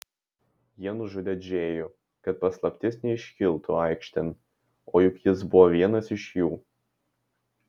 jie nužudė džėjų kad paslaptis neiškiltų aikštėn o juk jis buvo vienas iš jų